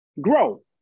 grow